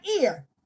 ear